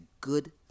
good